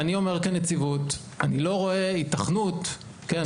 אני אומר כנציבות, אני לא רואה היתכנות, כן?